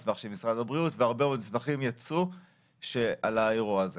מסמך של משרד הבריאות והרבה מאוד מסמכים יצאו על האירוע הזה.